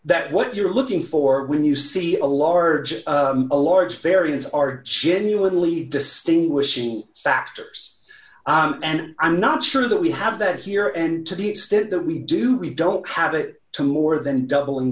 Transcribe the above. that what you're looking for when you see a large a large variance are genuinely distinguishing factors and i'm not sure that we have that here and to the extent that we do we don't have it to more than doubl